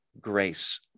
grace